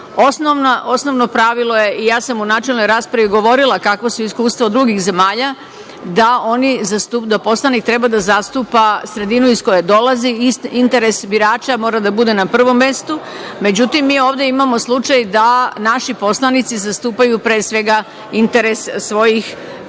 Osnovno pravilo je, i ja sam u načelnoj raspravi govorila, kakva su iskustva drugih zemalja, da poslanik treba da zastupa sredinu iz koje dolazi. Interes birača mora da bude na prvom mestu. Međutim, mi ovde imamo slučaj da naši poslanici zastupaju, pre svega, interes svojih